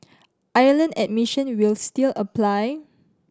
island admission will still apply